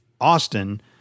Austin